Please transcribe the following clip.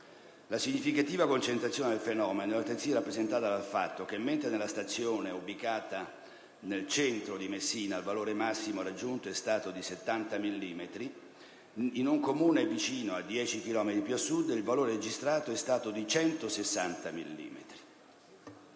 La significativa concentrazione del fenomeno è altresì rappresentata dal fatto che mentre nella stazione ubicata nel centro di Messina il valore massimo raggiunto è stato di 70 millimetri, in un comune vicino, 10 chilometri più a sud, il valore registrato è stato di 160